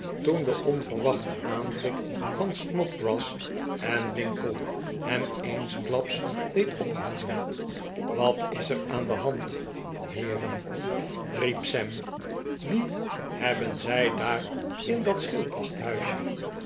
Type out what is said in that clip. toen de onverwachte aanblik van snodgrass en winkle hem eensklaps deed ophouden wat is er aan de hand heeren riep de pickwick club sam wien hebben zij daar in dat